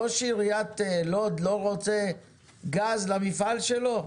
ראש עיריית לוד לא רוצה גז למפעל שלו?